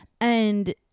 and-